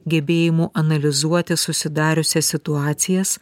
gebėjimu analizuoti susidariusias situacijas